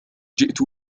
جئت